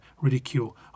ridicule